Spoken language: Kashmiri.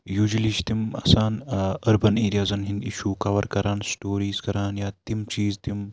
یوٗجولی چھِ تِم آسان أربَن ایٚریازَن ہِنٛدۍ اِشوٗ کَوَر کَران سٹوٚریٖز کَران یا تِم چیٖز تِم